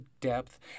depth